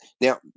Now